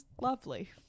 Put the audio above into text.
lovely